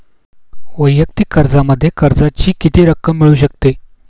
वैयक्तिक कर्जामध्ये कर्जाची किती रक्कम मिळू शकते?